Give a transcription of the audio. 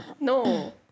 No